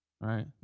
Right